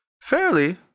Fairly